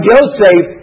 Yosef